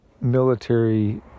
military